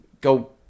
go